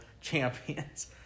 champions